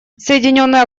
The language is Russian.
соединенное